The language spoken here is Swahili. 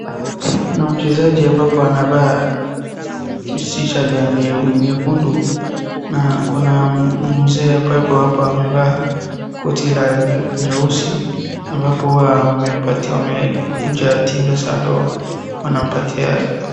Kuna mchezaji ambapo anavaa tishati ya nyekundu na kuna mzee ambapo hapa amevaa koti la nyeusi ambapo wamepati wamekunja timu ya Sando wanampatia.